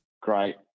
Great